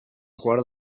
quart